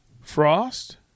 Frost